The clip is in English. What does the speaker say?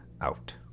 out